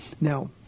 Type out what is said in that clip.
Now